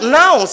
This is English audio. now